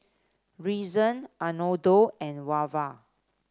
Reason Arnoldo and Wava